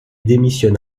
démissionne